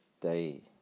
day